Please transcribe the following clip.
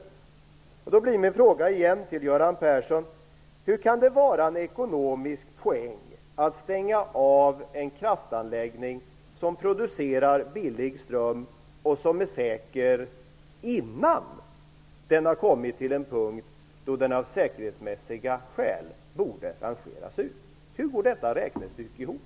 Då blir återigen min fråga till Göran Persson: Hur kan det vara en ekonomisk poäng att stänga av en kraftanläggning som producerar billig ström och som är säker innan den har kommit till en punkt då den av säkerhetsmässiga skäl borde utrangeras? Hur går detta räknestycke ihop?